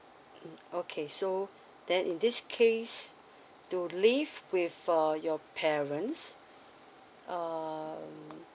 mm okay so then in this case to live with uh your parents um